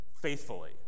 faithfully